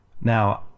Now